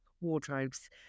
wardrobes